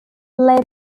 les